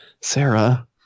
sarah